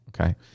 Okay